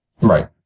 Right